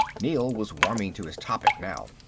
neel was warming to his topic now.